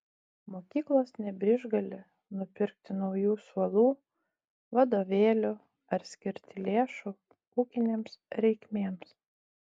mokyklos nebeišgali nupirkti naujų suolų vadovėlių ar skirti lėšų ūkinėms reikmėms